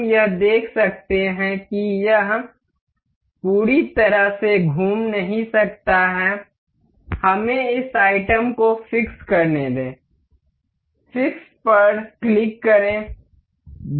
हम यह देख सकते हैं कि यह पूरी तरह से घूम नहीं सकता है हमें इस आइटम को फिक्स करने दें फिक्स पर क्लिक करें